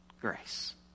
grace